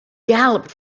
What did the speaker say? galloped